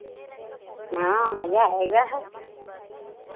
हाँ मज़ा आएगा